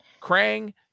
Krang